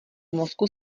mozku